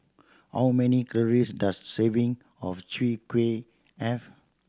how many calories does serving of Chwee Kueh have